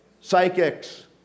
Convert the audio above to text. Psychics